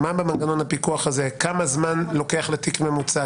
מה במנגנון הפיקוח הזה, כמה זמן לוקח לתיק ממוצע.